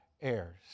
heirs